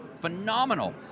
phenomenal